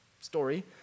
story